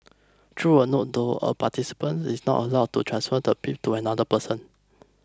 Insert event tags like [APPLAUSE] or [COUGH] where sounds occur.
[UNINTELLIGIBLE] a note though a participant is not allowed to transfer the bib to another person